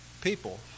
people